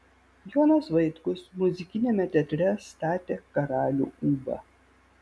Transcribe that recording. jonas vaitkus muzikiniame teatre statė karalių ūbą